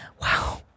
Wow